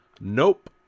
Nope